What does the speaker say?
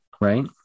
right